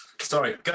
sorry